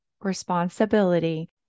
responsibility